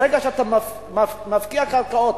ברגע שאתה מפקיע קרקעות,